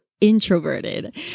introverted